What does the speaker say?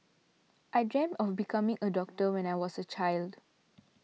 I dreamt of becoming a doctor when I was a child